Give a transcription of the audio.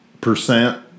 percent